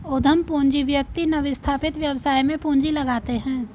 उद्यम पूंजी व्यक्ति नवस्थापित व्यवसाय में पूंजी लगाते हैं